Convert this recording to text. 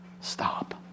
Stop